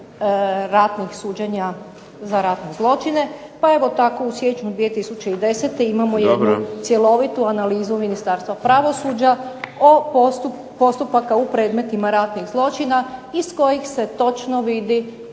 ratnih suđenja za ratne zločine. Pa je evo tako u siječnju 2010. imamo jednu cjelovitu analizu... .../Upadica Šeks: Dobro./... ... Ministarstva pravosuđa postupaka u predmetima ratnih zločina iz kojih se točno vidi